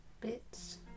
Bits